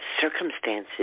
circumstances